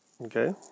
Okay